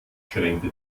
schränkte